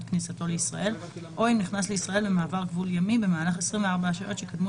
כניסתו לישראל או אם נכנס לישראל במעבר גבול ימי במהלך 24 השעות שקדמו